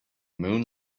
moon